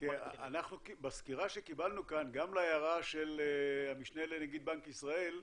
להערה של המשנה לנגיד בנק ישראל,